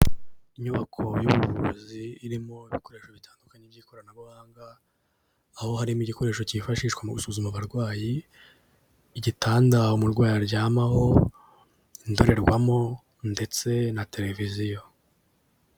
Inyubako y'ubuvuzi irimo ibikoresho bitandukanye by'ikoranabuhanga aho harimo igikoresho cyifashishwa mu gusuzuma abarwayi, igitanda umurwayi aryamaho, indorerwamo ndetse na televiziyo.